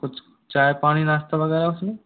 कुछ चाय पानी नाश्ता वग़ैरह उस में